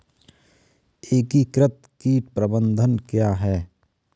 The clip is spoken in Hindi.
एकीकृत कीट प्रबंधन क्या है?